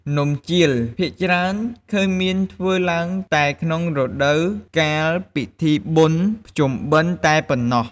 នំជៀល ភាគច្រើនឃើញមានធ្វើឡើងតែក្នុងរដូវកាលពិធីបុណ្យភ្ជុំបិណ្ឌតែប៉ុណ្ណោះ ។